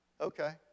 Okay